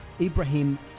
ibrahim